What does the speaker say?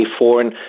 foreign